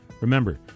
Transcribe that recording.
remember